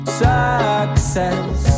success